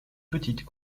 petites